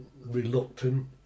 reluctant